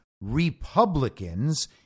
Republicans